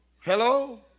Hello